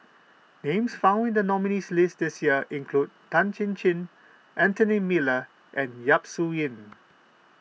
names found in the nominees' list this year include Tan Chin Chin Anthony Miller and Yap Su Yin